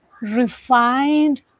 refined